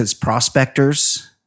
prospectors